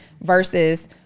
versus